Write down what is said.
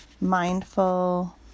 mindful